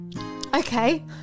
Okay